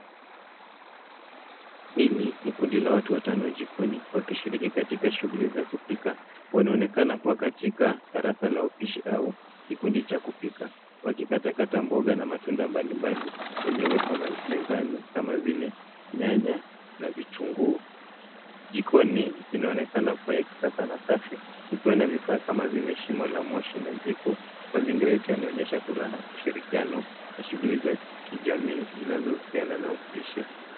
Hili ni kundi la watu watano jikoni, wakishiriki katika shughuli za kupika. Wanaonekana kuwa katika darasa la upishi au kikundi cha kupika wakikatakata mboga na matunda mbalimbali yaliyowekwa mezani kama vile nyanya na vitunguu. Jikoni inaonekana kuwa ya kisasa na safi ikiwa na vifaa kama vile shimo la moshi na jiko. Mazingira yote yanaonyesha furaha, ushirikiano na shughuli za kijamii zinazohusiana na upishi.